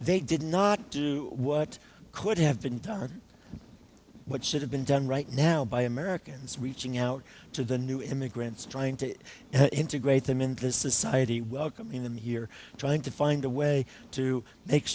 they did not do what could have been done what should have been done right now by americans reaching out to the new immigrants trying to integrate them into society welcoming them here trying to find a way to make